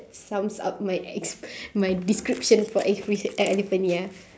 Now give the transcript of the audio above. sums up my ex~ my description for ex~ e~ elephant ya